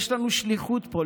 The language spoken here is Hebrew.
יש לנו שליחות פה,